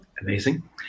Amazing